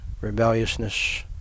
rebelliousness